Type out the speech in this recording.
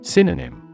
Synonym